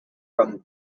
from